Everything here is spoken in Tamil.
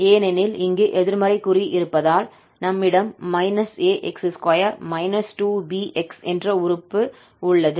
ஏனெனில் இங்கு எதிர்மறை குறி இருப்பதால் நம்மிடம் −𝑎𝑥2 − 2𝑏𝑥 என்ற உறுப்பு உள்ளது